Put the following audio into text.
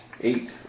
Eight